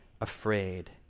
afraid